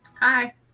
Hi